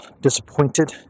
disappointed